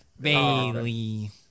Bailey